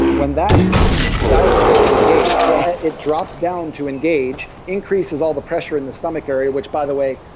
when that diaphragm can engage, it ah it drops down to engage, increases all the pressure in the stomach area, which by the way,